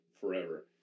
forever